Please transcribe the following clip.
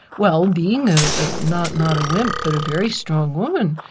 well being ah ah not not a wimp but a very strong woman,